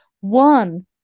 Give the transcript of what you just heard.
One